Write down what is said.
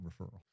referral